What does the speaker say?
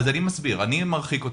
אז אני מסביר, אני מרחיק אותו.